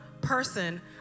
person